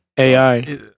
AI